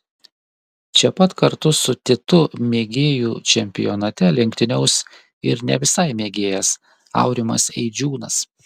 čia pat kartu su titu mėgėjų čempionate lenktyniaus ir ne visai mėgėjas aurimas eidžiūnas